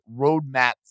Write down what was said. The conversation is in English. roadmap